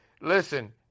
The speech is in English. Listen